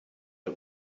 the